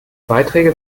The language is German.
beiträge